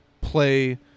play